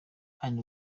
anne